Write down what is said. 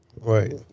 Right